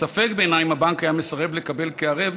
ספק בעיניי אם הבנק היה מסרב לקבל כערב